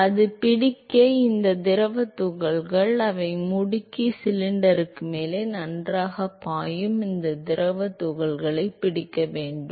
எனவே அது பிடிக்க இந்த திரவத் துகள்கள் அவை முடுக்கி சிலிண்டருக்கு மேலே நன்றாகப் பாயும் இந்தத் திரவத் துகளைப் பிடிக்க வேண்டும்